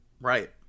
right